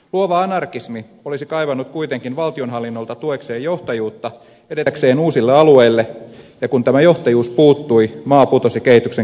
luova anarkismi olisi kaivannut kuitenkin valtionhallinnolta tuekseen johtajuutta edetäkseen uusille alueille ja kun tämä johtajuus puuttui maa putosi kehityksen kärjestä